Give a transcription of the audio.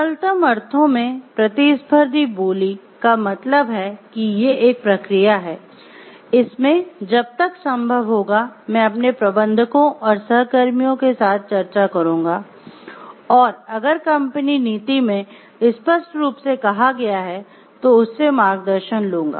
सरलतम अर्थों में "प्रतिस्पर्धी बोली" का मतलब है कि ये एक प्रक्रिया है इसमें जब तक संभव होगा मैं अपने प्रबंधकों और सहकर्मियों के साथ चर्चा करूंगा और अगर कंपनी नीति में स्पष्ट रूप से कहा गया है तो उससे मार्गदर्शन लूँगा